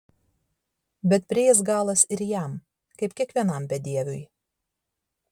bet prieis galas ir jam kaip kiekvienam bedieviui